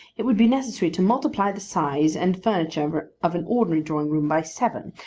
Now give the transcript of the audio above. it would be necessary to multiply the size and furniture of an ordinary drawing-room by seven,